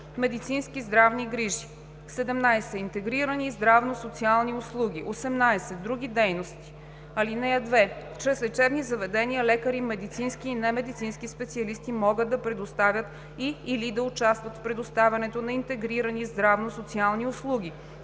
медицински здравни грижи; 17. интегрирани здравно-социални услуги; 18. други дейности. (2) Чрез лечебни заведения, лекари, медицински и немедицински специалисти, могат да предоставят и/или да участват в предоставянето на интегрирани здравно-социални услуги,